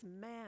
man